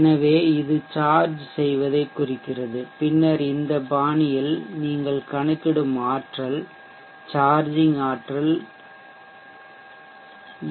எனவே இது சார்ஜ் செய்வதைக் குறிக்கிறது பின்னர் இந்த பாணியில் நீங்கள் கணக்கிடும் ஆற்றல் சார்ஜிங் ஆற்றல் இ